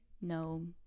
no